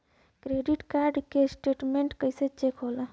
Credit card के statement कइसे check होला?